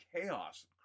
chaos